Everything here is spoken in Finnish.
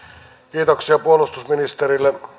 kiitoksia puolustusministerille